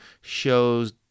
shows